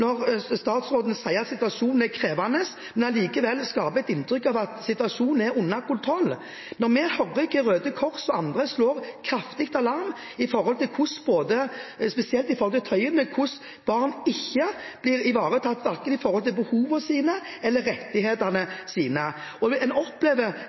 når statsråden sier at situasjonen er krevende, men allikevel skaper et inntrykk av at situasjonen er under kontroll, når vi hører at Røde Kors og andre slår kraftig alarm om hvordan barn – spesielt på Tøyen – ikke blir ivaretatt, verken når det gjelder behovene deres, eller når det gjelder rettighetene deres. En opplever,